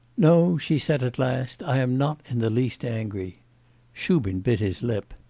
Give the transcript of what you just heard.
no, she said at last, i am not in the least angry shubin bit his lip.